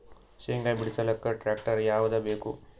ಶೇಂಗಾ ಬಿಡಸಲಕ್ಕ ಟ್ಟ್ರ್ಯಾಕ್ಟರ್ ಯಾವದ ಬೇಕು?